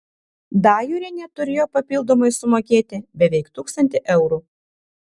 dajorienė turėjo papildomai sumokėti beveik tūkstantį eurų